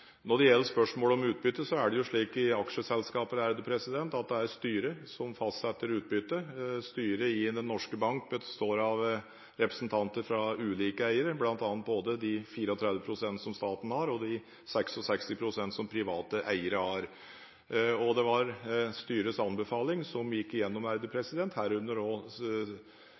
Når det gjelder spørsmålet om utbytte, er det jo slik i aksjeselskaper at det er styret som fastsetter utbyttet. Styret i DNB består av representanter fra ulike eiere med ulike andeler, bl.a. de 34 pst. som staten har, og de 66 pst. som private eiere har. Det var styrets anbefaling som gikk gjennom, herunder